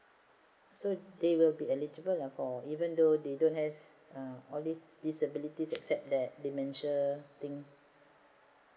so they will be eligible ah for even though they don't have all this disabilities except that dementia thing